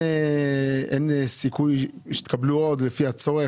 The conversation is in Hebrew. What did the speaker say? אין סיכוי שתקבלו עוד תקנים לפי הצורך?